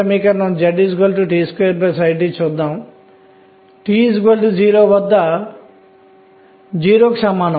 ఈ క్రమంలో 2 2 6 2 6 2 ఎలక్ట్రాన్ల సంఖ్యను చూద్దాం ఇది l 2 కు సమానం